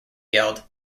yelled